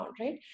right